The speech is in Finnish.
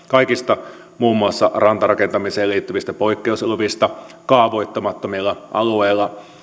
kaikista muun muassa rantarakentamiseen liittyvistä poikkeusluvista kaavoittamattomilla alueilla